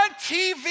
TV